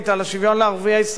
חברים, צריך להקשיב